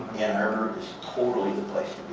ann arbor is totally the place